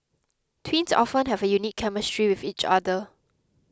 twins often have a unique chemistry with each other